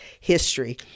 History